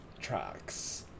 tracks